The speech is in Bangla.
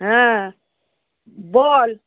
হ্যাঁ বল